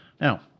Now